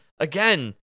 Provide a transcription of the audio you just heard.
Again